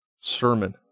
sermon